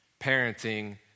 parenting